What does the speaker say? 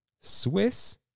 Swiss